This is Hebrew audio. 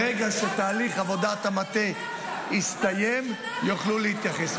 ברגע שתהליך עבודת המטה יסתיים, יוכלו להתייחס.